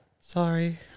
sorry